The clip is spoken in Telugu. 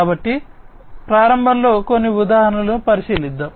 కాబట్టి ప్రారంభంలో కొన్ని ఉదాహరణలను పరిశీలిద్దాం